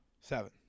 seven